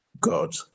God